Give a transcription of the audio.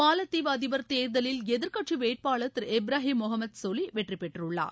மாலத்தீவு அதிபர் தேர்தலில் எதிர்க்கட்சி வேட்பாளர் திரு இப்ரஹிம் முகமது சோலி வெற்றி பெற்றுள்ளார்